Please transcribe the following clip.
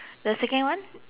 the second one